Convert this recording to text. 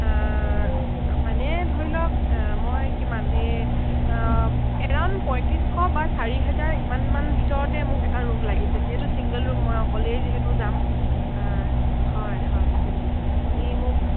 মানে ধৰি লওক মই কিমান এই এৰাউণ্ড পঁয়ত্ৰিছশ বা চাৰি হাজাৰ ইমানমান ভিতৰতে মোক এটা ৰুম লাগিছিল যিহেতু ছিংগল ৰুম মই অকলেই যিহেতু যাম হয় হয় তেনেকৈ আপুনি মোক